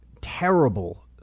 Terrible